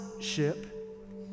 ship